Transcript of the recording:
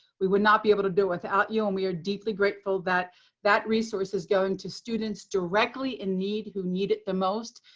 we would not be able to do without you, and we are deeply grateful that that resource is going to students directly in need who need it the most,